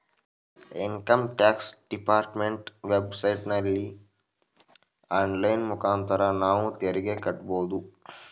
income tax department web ಸೈಟಲ್ಲಿ online ಮುಖಾಂತರ ನಾವು ತೆರಿಗೆ ಕಟ್ಟಬೋದು